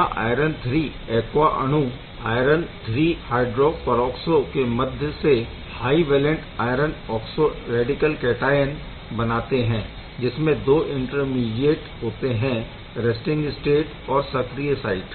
यहाँ iron III aqua अणु iron III hydroperoxo के माध्यम से high valent iron oxo radical cation बनाते है जिसमें 2 इंटरमीडीऐट होते है रैस्टिंग स्टेट और सक्रिय साइट